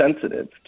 sensitive